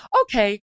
Okay